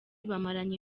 bamaranye